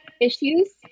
issues